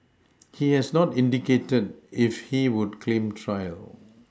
he has not indicated if he would claim trial